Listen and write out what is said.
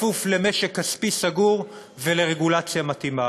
בכפוף למשק כספי סגור ולרגולציה מתאימה.